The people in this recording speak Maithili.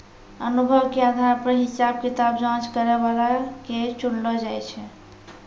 अनुभव के आधार पर हिसाब किताब जांच करै बला के चुनलो जाय छै